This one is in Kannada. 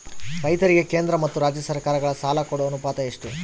ರೈತರಿಗೆ ಕೇಂದ್ರ ಮತ್ತು ರಾಜ್ಯ ಸರಕಾರಗಳ ಸಾಲ ಕೊಡೋ ಅನುಪಾತ ಎಷ್ಟು?